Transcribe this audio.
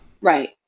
Right